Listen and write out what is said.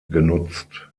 genutzt